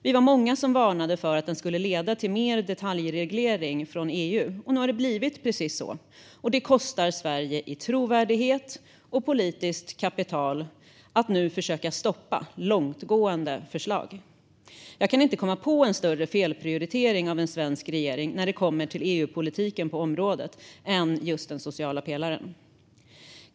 Vi var många som varnade för att den skulle leda till mer detaljreglering från EU, och nu har det blivit precis så. Det kostar Sverige i trovärdighet och politiskt kapital att nu försöka stoppa långtgående förslag. Jag kan inte komma på en större felprioritering av en svensk regering när det kommer till EU-politiken än just den sociala pelaren och dess område.